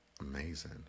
amazing